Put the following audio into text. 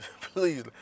Please